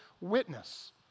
witness